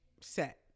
set